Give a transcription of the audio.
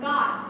God